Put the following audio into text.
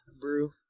brew